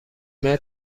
متر